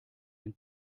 ein